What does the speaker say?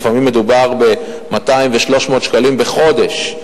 לפעמים מדובר ב-200 ו-300 שקלים בחודש,